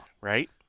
right